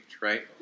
right